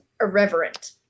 irreverent